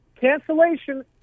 Cancellation